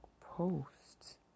posts